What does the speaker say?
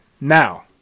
Now